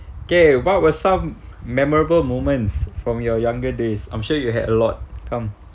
okay what were some memorable moments from your younger days I'm sure you had a lot come